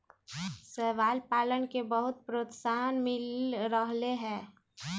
शैवाल पालन के बहुत प्रोत्साहन मिल रहले है